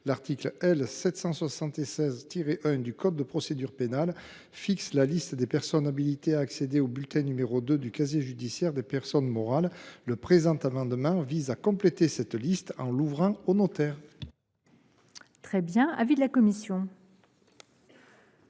L’article L. 776 1 du code de procédure pénale fixe la liste des personnes habilitées à accéder au bulletin n° 2 du casier judiciaire des personnes morales. Le présent amendement vise à compléter cette liste en l’ouvrant aux notaires. Quel est l’avis de la commission